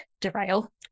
derail